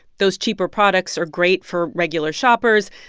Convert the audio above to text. those cheaper products are great for regular shoppers,